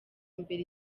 imbere